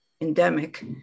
endemic